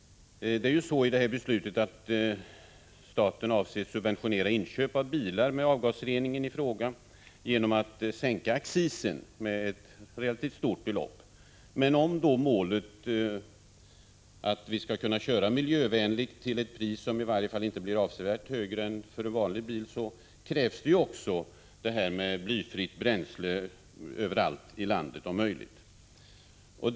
Staten avser att subventionera inköp av bilar med avgasreningen i fråga genom att sänka accisen med ett relativt stort belopp. Men för att vi skall kunna uppnå målet att köra miljövänligt till ett pris som i varje fall inte blir avsevärt högre än för en vanlig bil krävs också att blyfritt bränsle finns tillgängligt överallt i landet.